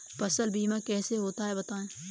फसल बीमा कैसे होता है बताएँ?